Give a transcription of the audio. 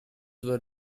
were